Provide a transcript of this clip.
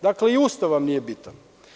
Dakle, i Ustav vam nije bitan.